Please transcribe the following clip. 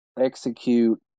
execute